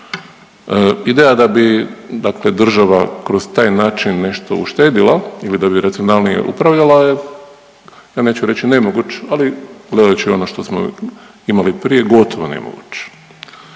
Ideja da bi država kroz taj način nešto uštedila ili da bi racionalnije upravljala, ja neću reći nemoguć ali gledajući ono što smo imali prije gotovo nemoguć.